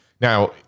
Now